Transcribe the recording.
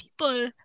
people